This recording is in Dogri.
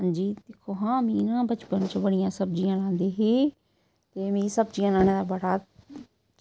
हां जी दिक्खो न मी ना बचपन च बड़ी सब्ज़ियां लांदी ही ते मिगी सब्ज़ियें लाने दा बड़ा